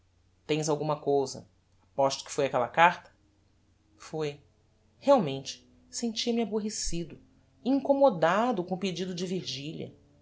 tens alguma cousa aposto que foi aquella carta foi realmente sentia-me aborrecido incommodado com o pedido de virgilia